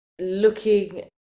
looking